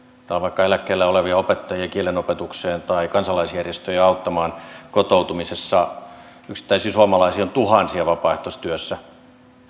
otetaan vaikka eläkkeellä olevia opettajia kielen opetukseen tai kansalaisjärjestöjä auttamaan kotoutumisessa yksittäisiä suomalaisia on tuhansia vapaaehtoistyössä